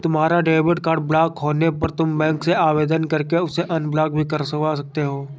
तुम्हारा debit card block होने पर तुम बैंक से आवेदन करके उसे अनब्लॉक भी करवा सकते हो